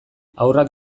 haurrak